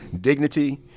dignity